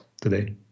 today